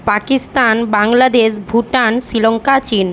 পাকিস্তান বাংলাদেশ ভুটান শ্রীলঙ্কা চীন